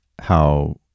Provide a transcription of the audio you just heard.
how-